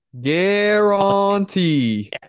guarantee